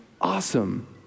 awesome